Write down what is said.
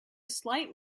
slight